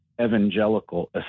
evangelical